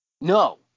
No